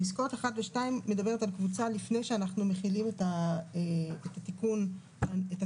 פסקאות (1) ו-(2) מדברות על קבוצה לפני שאנחנו מחילים את התיקון הנוכחי.